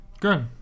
Good